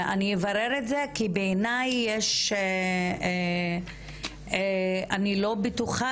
אני אברר את זה, כי בעיניי, אני לא בטוחה